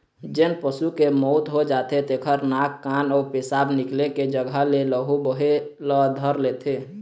जेन पशु के मउत हो जाथे तेखर नाक, कान अउ पेसाब निकले के जघा ले लहू बहे ल धर लेथे